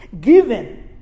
given